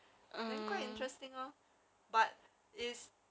then quite interesting lor but it's